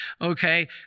Okay